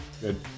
Good